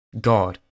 God